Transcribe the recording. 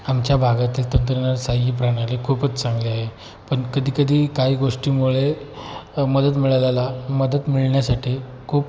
आमच्या भागातील तंत्रज्ञान साही प्रणाली खूपच चांगली आहे पण कधीकधी काही गोष्टीमुळे मदत मिळाल्या मदत मिळण्यासाठी खूप